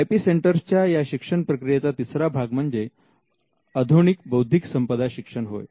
I P सेंटरच्या या शिक्षण प्रक्रियेचा तिसरा भाग म्हणजे आधुनिक बौद्धिक संपदा शिक्षण होय